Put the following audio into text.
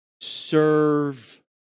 Serve